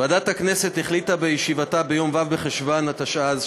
ועדת הכנסת החליטה בישיבתה ביום ו' בחשוון התשע"ז,